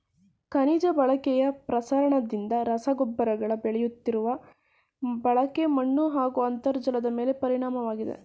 ಖನಿಜ ಬಳಕೆಯ ಪ್ರಸರಣದಿಂದ ರಸಗೊಬ್ಬರಗಳ ಬೆಳೆಯುತ್ತಿರುವ ಬಳಕೆ ಮಣ್ಣುಹಾಗೂ ಅಂತರ್ಜಲದಮೇಲೆ ಪರಿಣಾಮವಾಗಿದೆ